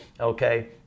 okay